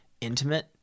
intimate